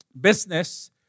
business